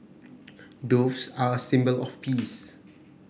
doves are a symbol of peace